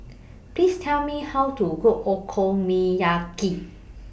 Please Tell Me How to Cook Okonomiyaki